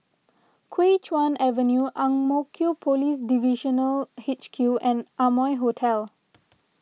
Kuo Chuan Avenue Ang Mo Kio Police Divisional H Q and Amoy Hotel